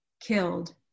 killed